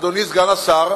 אדוני סגן השר,